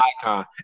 icon